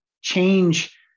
change